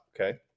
okay